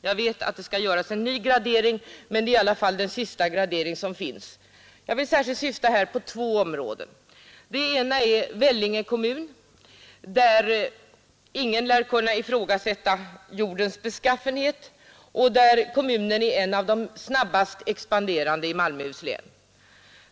Jag vet att det skall göras en ny gradering, men det är i alla fall den senaste gradering som finns. Särskilt syftar jag här på två områden. Den ena är Vellinge kommun. Ingen lär kunna ifrågasätta jordens beskaffenhet där, och kommunen är en av de snabbast expanderande i Malmöhus län.